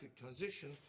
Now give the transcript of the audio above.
transition